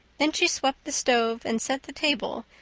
then she swept the stove and set the table,